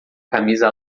camisa